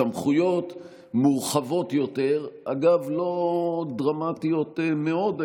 סמכויות מורחבות יותר, ואגב, לא דרמטיות מאוד.